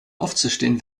aufzustehen